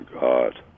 god